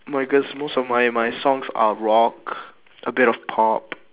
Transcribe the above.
my guess most of my my songs are rock a bit of pop